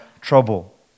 trouble